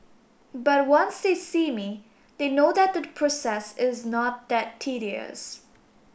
but once they see me they know that the process is not that tedious